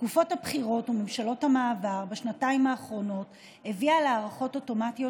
תקופות הבחירות וממשלות המעבר הביאו להארכות אוטומטיות